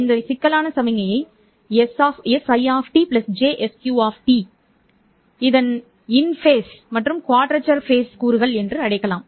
இந்த சிக்கலான சமிக்ஞையை sI jsQ இன் ஃபேஸ் மற்றும் குவாட்ரேச்சர் கூறுகள் என்று அழைக்கலாம்